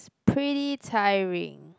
pretty tiring